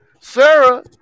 Sarah